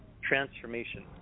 Transformation